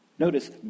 Notice